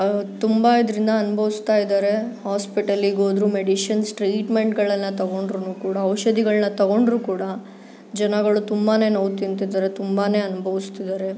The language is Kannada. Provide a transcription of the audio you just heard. ತುಂಬ ಇದರಿಂದ ಅನ್ಭೋಸ್ತಾ ಇದ್ದಾರೆ ಹಾಸ್ಪಿಟಲಿಗೋದ್ರೂ ಮೆಡಿಶಿನ್ಸ್ ಟ್ರೀಟ್ಮೆಂಟ್ಗಳೆಲ್ಲ ತಗೊಂಡ್ರು ಕೂಡ ಔಷಧಿಗಳನ್ನ ತೊಗೊಂಡ್ರು ಕೂಡ ಜನಗಳು ತುಂಬಾ ನೋವು ತಿಂತಿದ್ದಾರೆ ತುಂಬಾ ಅನ್ಭೌಸ್ತಿದ್ದಾರೆ